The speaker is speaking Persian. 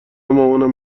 مامانم